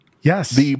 Yes